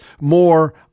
more